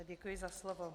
Děkuji za slovo.